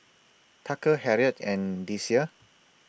Tucker Harriet and Deasia